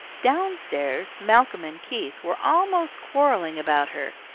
down-stairs, malcolm and keith were almost quarrelling about her.